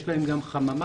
יש להם גם חממה.